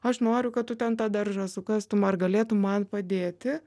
aš noriu kad tu ten tą daržą sukastum ar galėtum man padėti